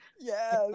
yes